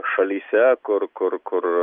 šalyse kur kur kur